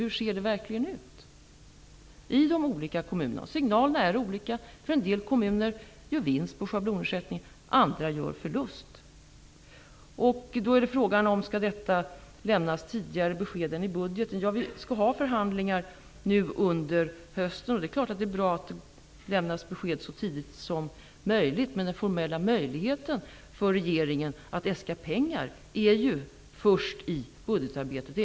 Hur ser det verkligen ut i de olika kommunerna? Signalerna är olika. En del kommuner gör vinst på schablonersättningen, andra gör förlust. Då är frågan: Skall det lämnas besked tidigare än i budgeten? Vi skall ha förhandlingar nu under hösten, och det är klart att det är bra att det lämnas besked så tidigt som möjligt, men den formella möjligheten för regeringen att äska pengar är ju först i budgetarbetet.